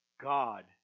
God